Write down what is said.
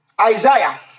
Isaiah